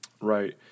right